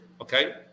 okay